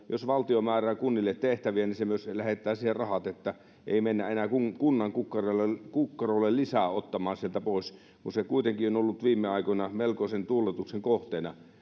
jos valtio määrää kunnille tehtäviä se myös lähettää siihen rahat niin että ei mennä enää kunnan kukkarolle lisää ottamaan sieltä pois kun se kuitenkin on ollut viime aikoina melkoisen tuuletuksen kohteena